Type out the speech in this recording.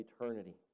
eternity